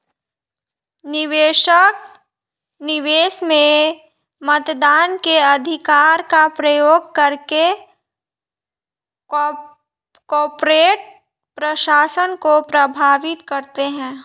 निवेशक, निवेश में मतदान के अधिकार का प्रयोग करके कॉर्पोरेट प्रशासन को प्रभावित करते है